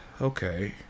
okay